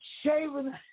Shaving